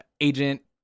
Agent